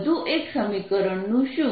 વધુ એક સમીકરણનું શું